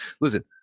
listen